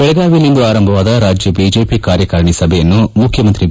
ಬೆಳಗಾವಿಯಲ್ಲಿಂದು ಆರಂಭವಾದ ರಾಜ್ಯ ಬಿಜೆಪಿ ಕಾರ್ಯಕಾರಿಣಿ ಸಭೆಯನ್ನು ಮುಖ್ಯಮಂತ್ರಿ ಬಿ